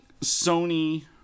Sony